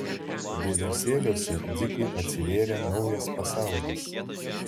vieversėliuose dzikui atsivėrė naujas pasaulis